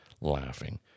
laughing